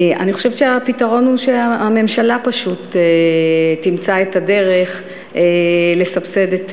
אני חושבת שהפתרון הוא שהממשלה פשוט מאוד תמצא את הדרך לסבסד את